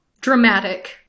dramatic